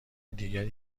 دیگری